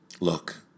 Look